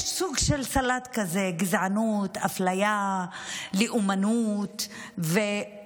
יש סוג של סלט כזה: גזענות, אפליה, לאומנות והכול.